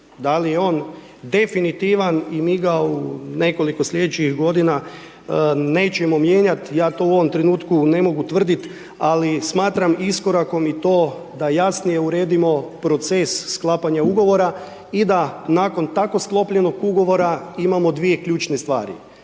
Da li je on definitivan i mi ga u nekoliko sljedećih godina nećemo mijenjati, ja to u ovom trenutku ne mogu tvrditi, ali smatram iskorakom i to da jasnije uredimo proces sklapanja ugovora i da nakon tako sklopljenog ugovora imamo dvije ključne stvari.